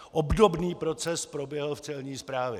Obdobný proces proběhl v celní správě.